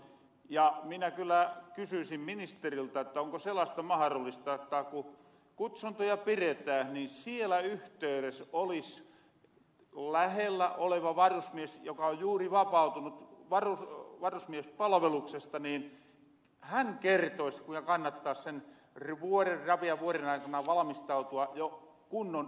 ja minä kyllä kysyisin ministeriltä onko sellainen mahdollista että ku kutsuntoja piretään niin siellä yhteydes olis lähellä oleva varusmies joka on juuri vapautunut varusmiespalveluksesta ja hän kertois kuinka kannattaas sen rapian vuoren aikana jo valmistautua kunnon ylläpitohon